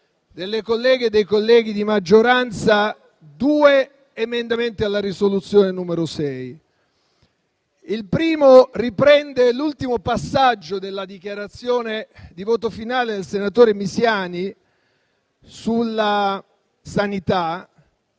delle colleghe e dei colleghi di maggioranza due emendamenti alla risoluzione n. 6: il primo riprende l'ultimo passaggio della dichiarazione di voto finale del senatore Misiani sulla sanità,